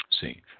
See